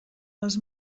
les